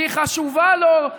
כי היא חשובה לו,